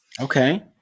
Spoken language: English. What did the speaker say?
Okay